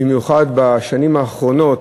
במיוחד בשנים האחרונות,